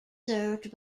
served